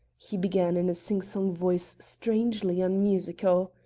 he began in a sing-song voice strangely unmusical,